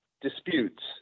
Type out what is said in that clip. disputes